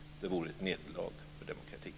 Det vore ett nederlag för demokratin.